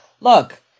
look